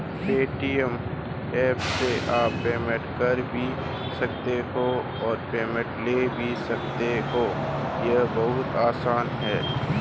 Paytm app से आप payment कर भी सकते हो और पेमेंट ले भी सकते हो, ये बहुत आसान है